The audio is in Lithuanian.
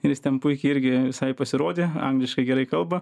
ir jis ten puikiai irgi visai pasirodė angliškai gerai kalba